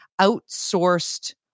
outsourced